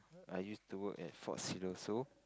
I used to work at Fort Siloso